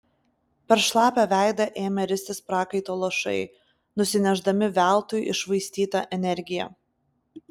per šlapią veidą ėmė ristis prakaito lašai nusinešdami veltui iššvaistytą energiją